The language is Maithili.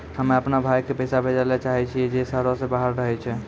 हम्मे अपनो भाय के पैसा भेजै ले चाहै छियै जे शहरो से बाहर रहै छै